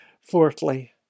fourthly